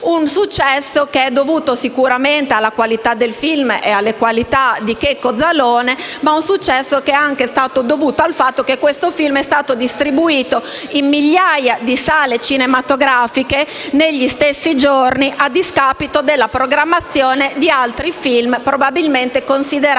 successo è stato sicuramente dovuto alla qualità del film e alle qualità di Checco Zalone, ma anche al fatto che il film è stato distribuito in migliaia di sale cinematografiche negli stessi giorni, a discapito della programmazione di altri film, probabilmente considerati